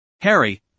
Harry